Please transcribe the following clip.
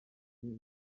zimwe